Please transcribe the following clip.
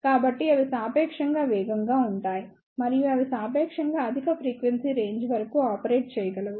కాబట్టి అవి సాపేక్షంగా వేగంగా ఉంటాయి మరియు అవి సాపేక్షంగా అధిక ఫ్రీక్వెన్సీ రేంజ్ వరకు ఆపరేటర్ చేయగలవు